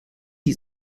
die